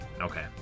okay